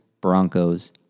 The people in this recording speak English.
Broncos